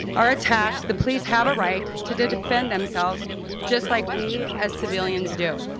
or attacked, the police have a right to defend themselves just like we as civilians do.